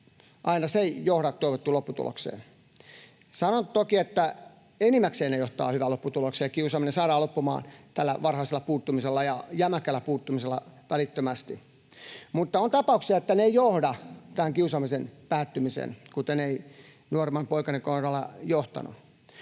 aina se ei johda toivottuun lopputulokseen. Sanon toki, että enimmäkseen ne johtavat hyvään lopputulokseen ja kiusaaminen saadaan loppumaan tällä varhaisella puuttumisella ja välittömällä jämäkällä puuttumisella, mutta on tapauksia, että ne eivät johda kiusaamisen päättymiseen, kuten ei nuoremman poikani kohdalla johtanut.